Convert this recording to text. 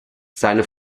seine